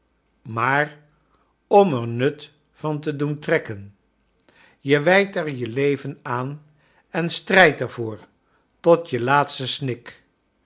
maar om er nut van te doen trekken je wijdt er je leven aan en strijdt er voor tot je laatsten snik